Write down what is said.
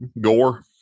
Gore